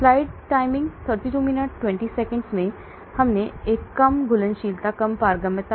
अगले एक कम घुलनशीलता कम पारगम्यता